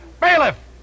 Bailiff